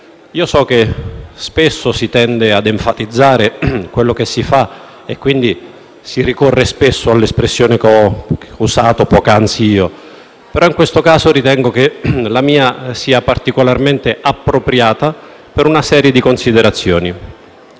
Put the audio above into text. So che spesso si tende a enfatizzare quello che si fa e quindi si ricorre all'espressione che ho usato poc'anzi. In questo caso, tuttavia, ritengo che la mia espressione sia particolarmente appropriata per una serie di considerazioni.